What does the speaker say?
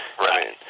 right